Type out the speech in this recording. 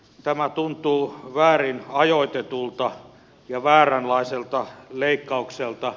tämä tuntuu väärin ajoitetulta ja vääränlaiselta leikkaukselta